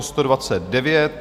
129.